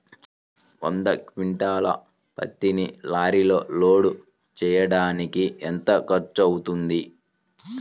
వంద క్వింటాళ్ల పత్తిని లారీలో లోడ్ చేయడానికి ఎంత ఖర్చవుతుంది?